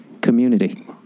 Community